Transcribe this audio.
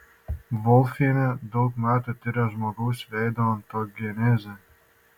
volfienė daug metų tiria žmogaus veido ontogenezę